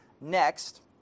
next